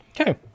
Okay